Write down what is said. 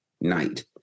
night